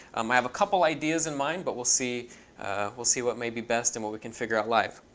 um i have a couple ideas in mind, but we'll see we'll see what may be best and what we can figure out live.